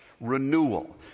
renewal